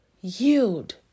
Yield